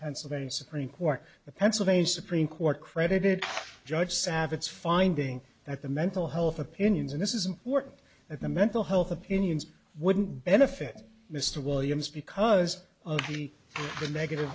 pennsylvania supreme court the pennsylvania supreme court credited judge savitz finding that the mental health opinions and this is important at the mental health opinions wouldn't benefit mr williams because of the negative